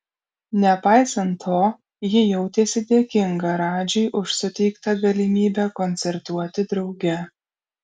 nepaisant to ji jautėsi dėkinga radžiui už suteikta galimybę koncertuoti drauge